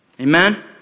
Amen